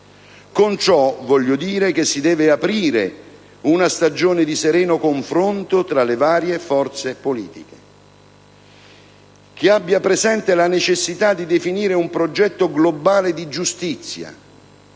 Con ciò voglio dire che si deve aprire una stagione di sereno confronto tra le varie forze politiche, che abbia presente la necessità di definire un progetto globale di giustizia